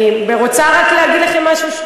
אני רוצה רק להגיד לכם משהו.